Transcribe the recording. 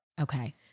Okay